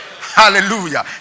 Hallelujah